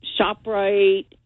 ShopRite